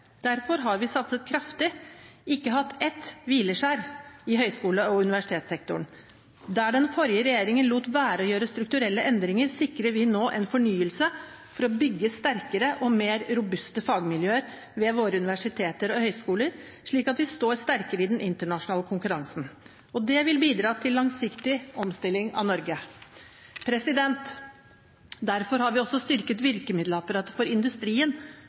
Derfor har vi satset kraftig – ikke hatt ett hvileskjær – i høyskole- og universitetssektoren. Der den forrige regjeringen lot være å gjøre strukturelle endringer, sikrer vi nå en fornyelse for å bygge sterkere og mer robuste fagmiljøer ved våre universiteter og høyskoler, slik at vi står sterkere i den internasjonale konkurransen. Det vil bidra til den langsiktige omstillingen av Norge. Derfor har vi også styrket virkemiddelapparatet for industrien,